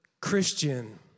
Christian